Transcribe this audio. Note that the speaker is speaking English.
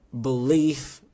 belief